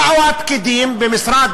באו הפקידים ממשרד